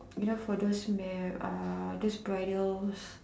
you know for those mail uh those bridals